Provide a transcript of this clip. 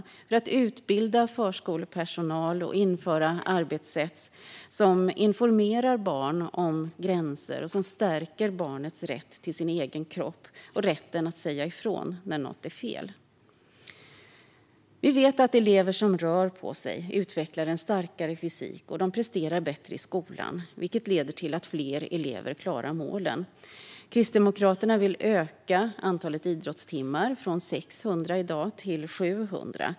Det handlar om att utbilda förskolepersonal och införa arbetssätt som informerar barn om gränser och stärker barnets rätt till sin egen kropp och rätten att säga ifrån när något är fel. Vi vet att elever som rör på sig utvecklar en starkare fysik och presterar bättre i skolan, vilket leder till att fler elever klarar målen. Kristdemokraterna vill öka antalet idrottstimmar från 600 i dag till 700.